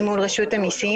מס.